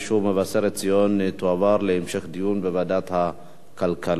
מבשרת-ציון תועבר להמשך דיון בוועדת הכלכלה.